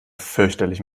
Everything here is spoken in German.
fürchterlich